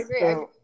agree